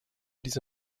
diese